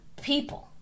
people